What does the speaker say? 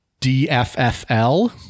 DFFL